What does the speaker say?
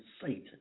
Satan